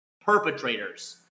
perpetrators